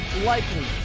likely